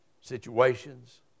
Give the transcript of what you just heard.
situations